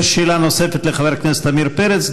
יש שאלה נוספת לחבר הכנסת עמיר פרץ.